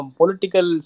political